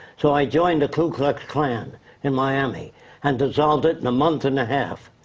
so i joined the ku klux klan in miami and dissolved it in a month and half.